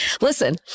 Listen